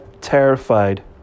terrified